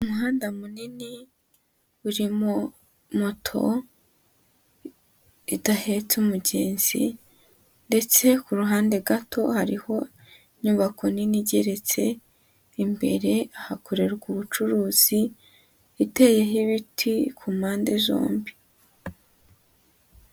Umuhanda munini urimo moto idahetse umugenzi ndetse ku ruhande gato hariho inyubako nini igeretse, imbere hakorerwa ubucuruzi, iteyeho ibiti ku mpande zombi.